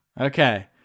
Okay